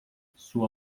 sua